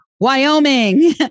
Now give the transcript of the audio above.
Wyoming